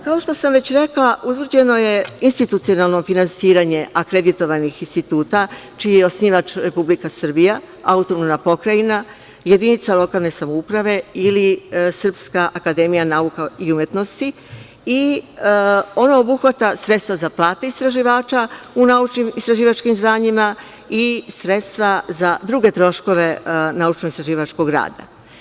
Kao što sam već rekla, utvrđeno je institucionalno finansiranje akreditovanih instituta, čiji je osnivač Republika Srbija, autonomna pokrajina, jedinica lokalne samouprave ili SANU, i ono obuhvata sredstva za plate istraživača u naučno-istraživačkim zvanjima i sredstva za druge troškove naučno-istraživačkog rada.